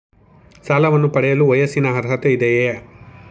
ಸಾಲವನ್ನು ಪಡೆಯಲು ವಯಸ್ಸಿನ ಅರ್ಹತೆ ಇದೆಯಾ?